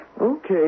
Okay